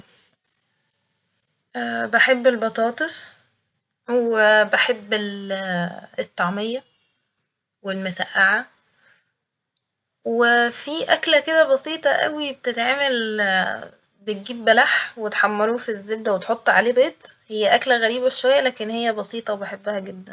بحب البطاطس وبحب ال- الطعمية والمسقعة و في أكلة كده بسيطة أوي بتتعمل بتجيب بلح وتحمره في الزبدة وتحط عليه بيض ، هي أكلة غريبة شوية لكن هي بسيطة وبحبها جدا